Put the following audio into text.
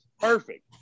Perfect